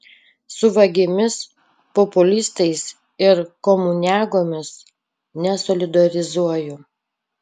su vagimis populistais ir komuniagomis nesolidarizuoju